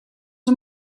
een